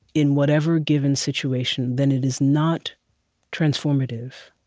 in whatever given situation, then it is not transformative.